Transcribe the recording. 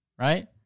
right